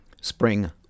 spring